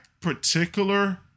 particular